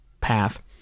path